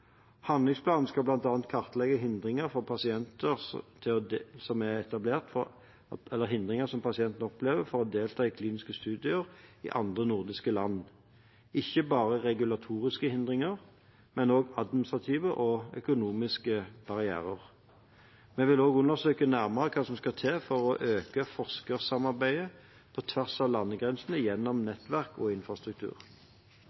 Handlingsplanen skal bl.a. kartlegge hindringer for at pasienter kan delta i kliniske studier i andre nordiske land, ikke bare regulatoriske hindringer, men også administrative og økonomiske barrierer. Vi vil også undersøke nærmere hva som skal til for å øke forskersamarbeidet på tvers av landegrensene gjennom